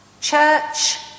Church